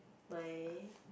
my